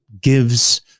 gives